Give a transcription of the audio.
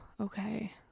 Okay